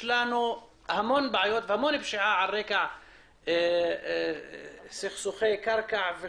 יש המון פשיעה על הרקע